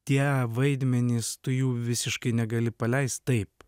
tie vaidmenys tu jų visiškai negali paleisti taip